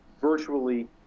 virtually